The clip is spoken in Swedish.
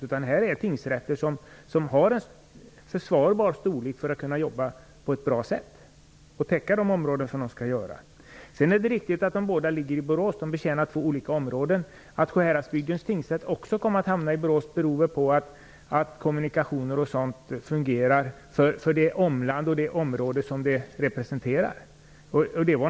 Här gäller det tingsrätter som har en försvarbar storlek när det gäller att kunna jobba på ett bra sätt och täcka de områden som de skall göra. Det är riktigt att de båda ligger i Borås. De betjänar två olika områden. Att Sjuhäradsbygdens tingsrätt också kom att hamna i Borås beror väl på att kommunikationer osv. fungerar för det område den representerar.